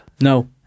No